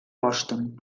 boston